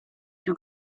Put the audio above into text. più